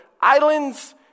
islands